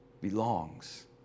belongs